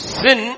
sin